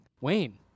Wayne